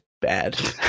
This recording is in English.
bad